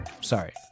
Sorry